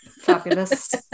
fabulous